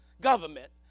government